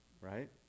right